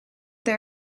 they